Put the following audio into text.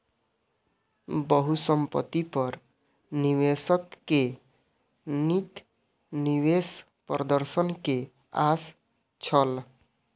बहुसंपत्ति पर निवेशक के नीक निवेश प्रदर्शन के आस छल